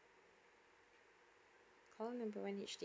call number one H_D_B